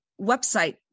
website